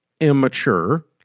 immature